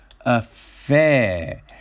affair